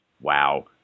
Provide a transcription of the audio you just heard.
Wow